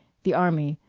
the army,